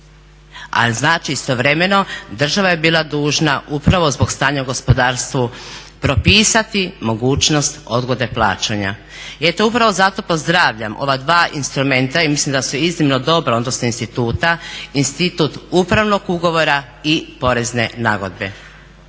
Ali znači istovremeno država je bila dužna upravo zbog stanja u gospodarstvu propisati mogućnost odgode plaćanja. I eto upravo zato pozdravljam ova dva instrumenta i mislim da su iznimno dobri odnosi instituta, institut upravnog ugovora i porezne nagodbe.